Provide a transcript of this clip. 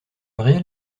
real